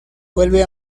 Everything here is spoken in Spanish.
vuelve